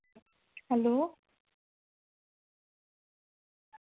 hello